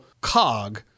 cog